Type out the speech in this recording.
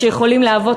שיכולים להוות